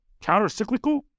counter-cyclical